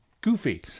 Goofy